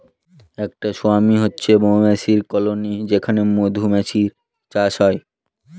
একটা সোয়ার্ম হচ্ছে মৌমাছির কলোনি যেখানে মধুমাছির চাষ হয়